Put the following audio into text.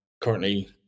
currently